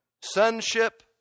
Sonship